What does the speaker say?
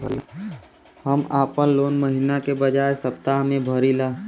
हम आपन लोन महिना के बजाय सप्ताह में भरीला